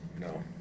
No